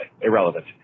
irrelevant